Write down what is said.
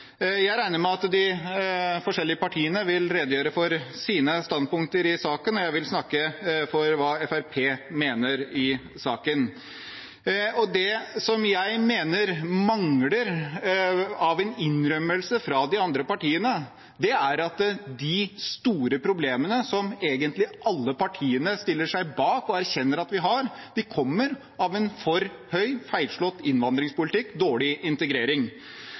Jeg regner med at de forskjellige partiene vil redegjøre for sine standpunkter i saken. Jeg vil snakke om hva Fremskrittspartiet mener i saken. Det jeg mener mangler av innrømmelse fra de andre partiene, gjelder at de store problemene, som egentlig alle partiene stiller seg bak å erkjenne at vi har, kommer av en feilslått innvandringspolitikk – dårlig integrering.